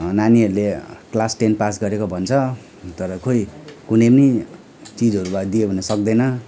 नानीहरूले class ten pass गरेको भन्छ तर खोइ कुनै पनि चिजहरूलाई दियो भने सक्दैन